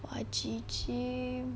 !wah! G_G